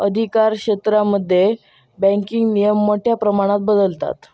अधिकारक्षेत्रांमध्ये बँकिंग नियम मोठ्या प्रमाणात बदलतत